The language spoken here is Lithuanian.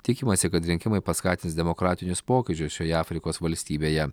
tikimasi kad rinkimai paskatins demokratinius pokyčius šioje afrikos valstybėje